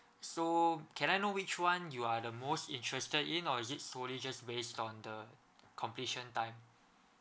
so can I know which one you are the most interested in or is it solely just based on the completion time